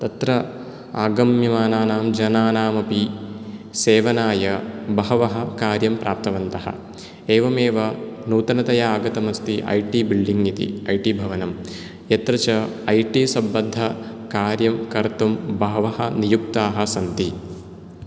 तत्र आगम्यमानानां जनानामपि सेवनाय बहवः कार्यं प्राप्तवन्तः एवमेव नूतनतया आगतमस्ति ऐ टि बिल्डिङ्ग् इति ऐ टि भवनम् यत्र च ऐ टि सम्बद्धकार्यं कर्तुं बहवः नियुक्ताः सन्ति